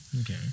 Okay